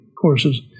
courses